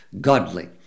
godly